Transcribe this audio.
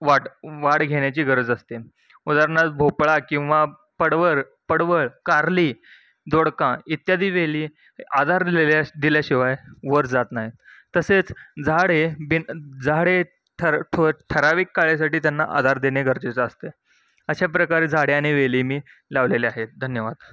वाढ वाढ घेण्याची गरज असते उदाहरणार्थ भोपळा किंवा पडवर पडवळ कार्ली दोडका इत्यादी वेली आधार दिल्या दिल्याशिवाय वर जात नाही तसेच झाड हे बिन झाड हे ठर ठराविक काळासाठी त्यांना आधार देणे गरजेचं असते अशा प्रकारे झाडे आणि वेली मी लावलेल्या आहेत धन्यवाद